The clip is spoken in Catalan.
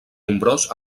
nombrós